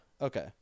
Okay